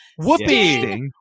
Whoopi